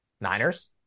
Niners